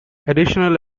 additional